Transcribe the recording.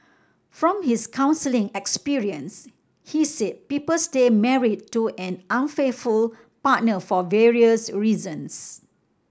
from his counselling experience he said people stay married to an unfaithful partner for various reasons